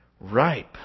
ripe